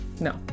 No